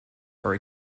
are